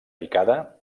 picada